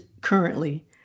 currently